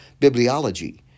bibliology